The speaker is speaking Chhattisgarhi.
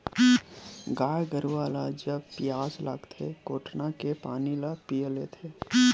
गाय गरुवा ल जब पियास लागथे कोटना के पानी ल पीय लेथे